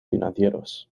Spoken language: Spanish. financieros